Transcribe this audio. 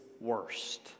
worst